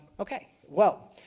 okay. well,